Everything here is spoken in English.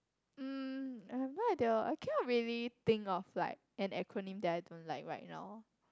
um I have no idea I cannot really think of like an acronym that I don't like right now